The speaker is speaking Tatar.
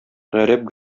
гарәп